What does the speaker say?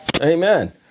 Amen